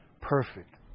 perfect